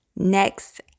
Next